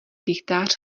rychtář